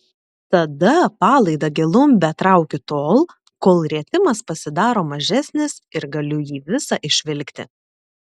tada palaidą gelumbę traukiu tol kol rietimas pasidaro mažesnis ir galiu jį visą išvilkti